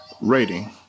Rating